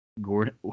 Gordon